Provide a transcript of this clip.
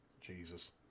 Jesus